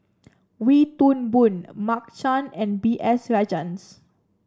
Wee Toon Boon Mark Chan and B S Rajhans